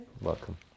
Welcome